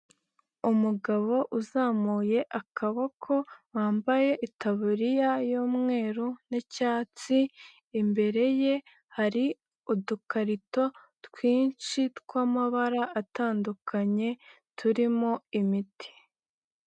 Umugabo uzamuye akaboko, bambaye itaburiya y'umweru n'icyatsi, imbere ye hari udukarito twinshi twamabara atandukanye, turimo imiti.